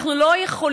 אנחנו לא יכולים